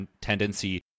tendency